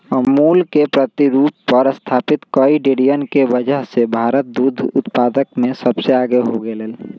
अमूल के प्रतिरूप पर स्तापित कई डेरियन के वजह से भारत दुग्ध उत्पादन में सबसे आगे हो गयलय